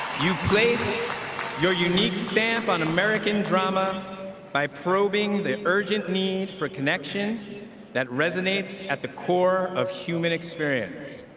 you place your unique stamp on american drama by probing the urgent need for connection that resonates at the core of human experience.